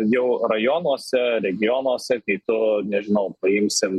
jau rajonuose regionuose kai tu nežinau paimsim